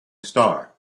star